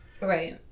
Right